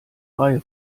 reihe